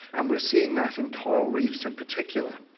and we are seeing that in coral reefs in particular.